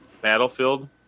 battlefield